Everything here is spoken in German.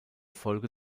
folge